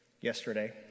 Yesterday